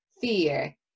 fear